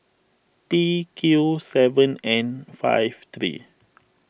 T Q seven N five three